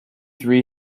three